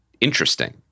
interesting